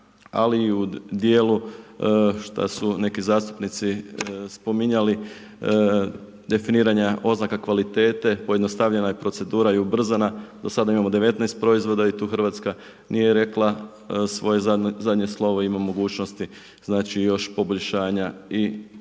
ali i u dijelu, što su neki zastupnici spominjali, definiranja oznaka kvalitete, pojednostavljena je procedura i ubrzana, do sada imamo 19 proizvoda i tu Hrvatska nije rekla svoje zadnje slovo. Ima mogućnosti znači još poboljšanja i nastupa na